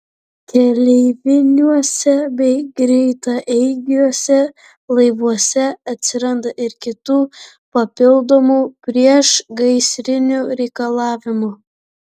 keleiviniuose bei greitaeigiuose laivuose atsiranda ir kitų papildomų priešgaisrinių reikalavimų